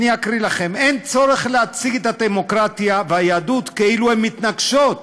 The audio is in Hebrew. אקריא לכם: אין צורך להציג את הדמוקרטיה והיהדות כאילו הן מתנגדות,